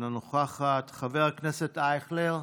אינה נוכחת, חבר הכנסת אייכלר,